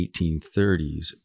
1830s